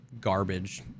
garbage